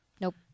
Nope